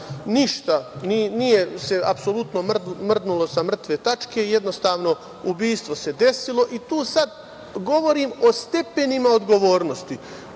se nije apsolutno mrdnulo sa mrtve tačke, jednostavno ubistvo se desilo. Tu sad govorim o stepenima odgovornosti.